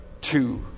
two